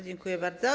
Dziękuję bardzo.